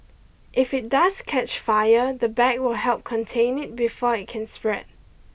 if it does catch fire the bag will help contain it before it can spread